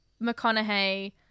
McConaughey